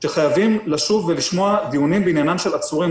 שחייבים לשוב ולשמוע דיונים בעניינם של עצורים.